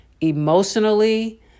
emotionally